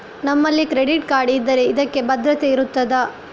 ನಮ್ಮಲ್ಲಿ credit card ಇದ್ದರೆ ಅದಕ್ಕೆ ಭದ್ರತೆ ಇರುತ್ತದಾ?